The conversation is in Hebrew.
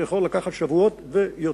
זה יכול לקחת שבועות ויותר.